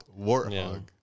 Warthog